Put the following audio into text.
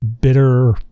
bitter